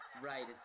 Right